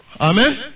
Amen